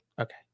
Okay